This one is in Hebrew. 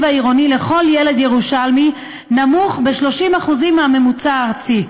העירוני לכל ילד ירושלמי נמוך ב-30% מהממוצע הארצי,